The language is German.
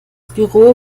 büro